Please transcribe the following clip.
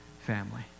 family